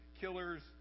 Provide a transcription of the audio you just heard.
killers